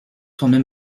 tournent